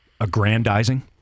aggrandizing